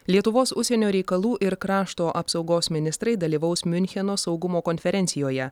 lietuvos užsienio reikalų ir krašto apsaugos ministrai dalyvaus miuncheno saugumo konferencijoje